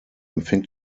empfängt